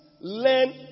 learn